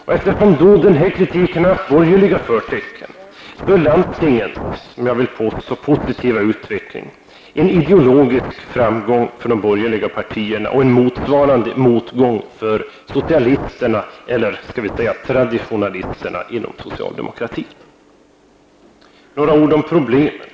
Och eftersom kritiken har haft borgerliga förtecken, är landstingens -- det vill jag påstå -- positiva utveckling en ideologisk framgång för de borgerliga partierna och en motsvarande motgång för socialisterna eller skall vi säga traditionalisterna inom socialdemokratin. Några ord om problemen.